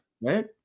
Right